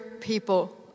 people